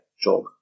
job